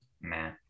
Man